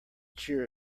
cheer